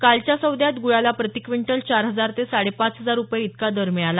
कालच्या सौद्यात गुळाला प्रतिक्विंटल चार हजार ते साडेपाच हजार रुपये इतका दर मिळाला